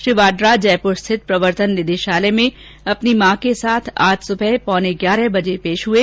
श्री वाड्रा जयपुर स्थित प्रवर्तन निदेशालय में अपनी मां के साथ आज सुबह पौने ग्यारह बजे पेश हए